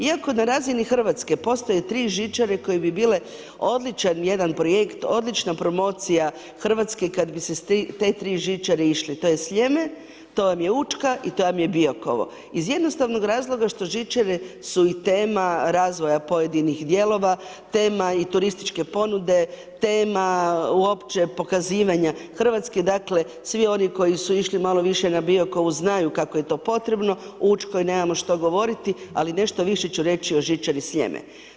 Iako na razini Hrvatske postoje 3 žičare koje bi bile odličan jedan projekt, odlična promocija Hrvatske kad bi sa te 3 žičare išli, to je Sljeme, Učka i Biokovo iz jednostavnog razloga što žičare su i tema razvoja pojedinih dijelova, tema i turističke ponude, tema uopće pokazivanja Hrvatske, dakle svi oni koji su išli malo više na Biokovo znaju kako je to potrebno, o Učkoj nemamo što govoriti, ali nešto više ću reći o žičari Sljeme.